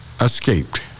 escaped